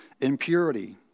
impurity